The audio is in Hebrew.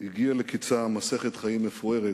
הגיעה לקיצה מסכת חיים מפוארת,